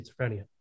schizophrenia